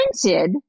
printed